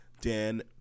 Dan